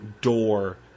door